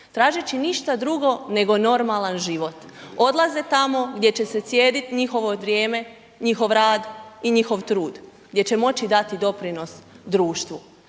tražeći ništa drugo nego normalan život, odlaze tamo gdje će se cijeniti njihovo vrijeme, njihov rad i njihov trud, gdje će moći dati doprinos društvu.